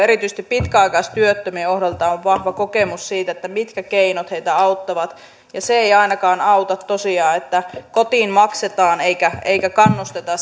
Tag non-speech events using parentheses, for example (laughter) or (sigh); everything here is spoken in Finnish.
(unintelligible) erityisesti pitkäaikaistyöttömien osalta on vahva kokemus siitä mitkä keinot heitä auttavat tosiaan se ei ainakaan auta että kotiin maksetaan eikä kannusteta (unintelligible)